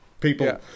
people